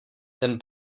ten